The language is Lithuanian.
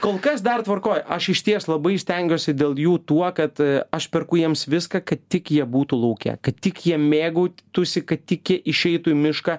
kol kas dar tvarkoj aš išties labai stengiuosi dėl jų tuo kad aš perku jiems viską kad tik jie būtų lauke kad tik jie mėgautųsi kad tik jie išeitų į mišką